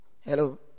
Hello